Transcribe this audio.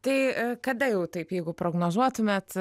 tai kada jau taip jeigu prognozuotumėt